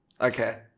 Okay